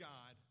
God